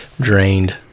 drained